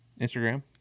Instagram